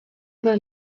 byl